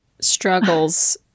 struggles